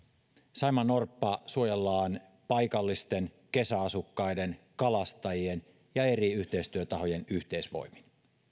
saimaannorppaa suojellaan paikallisten kesäasukkaiden kalastajien ja eri yhteistyötahojen yhteisvoimin